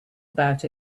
about